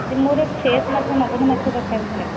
ଯେ ମୋର ଫ୍ରେସ୍ ମାଛ ନଗଦ ମାଛ ଦରକାର ଥିଲା